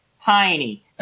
Piney